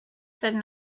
said